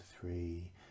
three